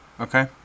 Okay